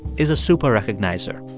is a super-recognizer.